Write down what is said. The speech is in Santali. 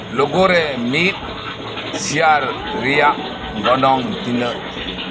ᱞᱚᱜᱚᱨᱮ ᱢᱤᱫ ᱥᱤᱭᱟᱨ ᱨᱮᱭᱟᱜ ᱜᱚᱱᱚᱝ ᱛᱤᱱᱟᱹᱜ